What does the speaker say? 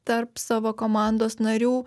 tarp savo komandos narių